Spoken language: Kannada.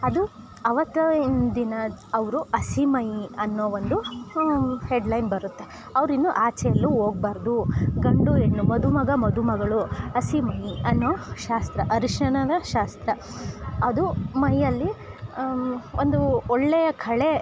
ಅದು ಅವತ್ತು ಇಂದಿನ ಅವರು ಹಸಿ ಮೈಯಿ ಅನ್ನೋ ಒಂದು ಹೆಡ್ಲೈನ್ ಬರುತ್ತೆ ಅವ್ರು ಇನ್ನು ಆಚೆ ಎಲ್ಲು ಹೋಗ್ಬಾರ್ದು ಗಂಡು ಹೆಣ್ಣು ಮದು ಮಗ ಮದು ಮಗಳು ಹಸಿ ಮೈಯಿ ಅನ್ನೋ ಶಾಸ್ತ್ರ ಅರ್ಶಿಣದ ಶಾಸ್ತ್ರ ಅದು ಮೈಯಲ್ಲಿ ಒಂದು ಒಳ್ಳೆಯ ಕಳೆ